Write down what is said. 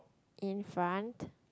in front